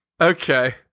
Okay